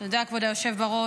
תודה, כבוד היושב-ראש,